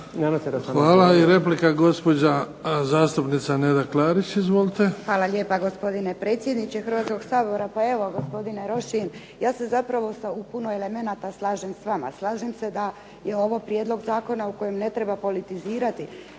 Hvala. I replika, gospođa zastupnica Neda Klarić. Izvolite.